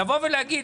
לבוא ולהגיד,